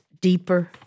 deeper